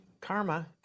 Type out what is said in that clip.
karma